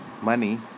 money